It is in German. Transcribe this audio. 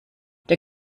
der